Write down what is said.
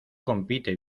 compite